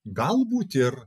galbūt ir